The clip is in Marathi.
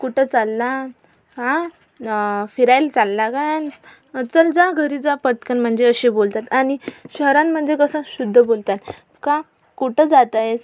कुठं चालला हां आ फिरायला चालला काय चल जा घरी जा पटकन म्हणजे असे बोलतात आणि शहरांमध्ये कसं शुद्ध बोलतात का कुठं जात आहेस